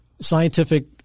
scientific